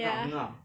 ya